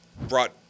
brought –